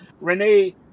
renee